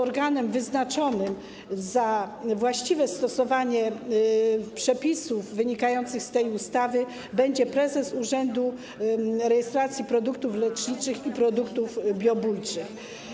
Organem wyznaczonym w sprawach właściwego stosowania przepisów wynikających z tej ustawy będzie prezes urzędu rejestracji produktów leczniczych i produktów biobójczych.